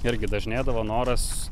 irgi dažnėdavo noras